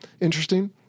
interesting